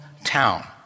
town